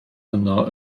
yno